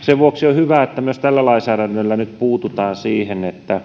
sen vuoksi on hyvä että myös tällä lainsäädännöllä nyt puututaan siihen että